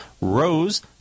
Rose